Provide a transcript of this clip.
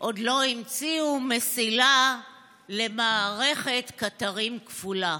/ עוד לא המציאו מסילה / למערכת קטרים כפולה.